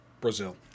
Brazil